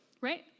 right